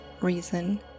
reason